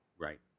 Right